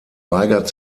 weigert